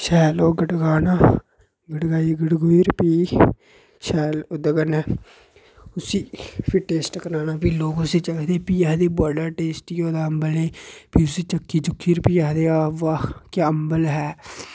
शैल ओह् गड़काना गड़काई गुड़काइयै प्ही शैल ओह्दे कन्नै फ्ही उसी टेस्ट कराना प्ही लोक उसी चखदे बड़ा टेस्टी होंदा अम्बल एह् प्ही उसी चक्खियै आखदे वाह् क्या अम्बल है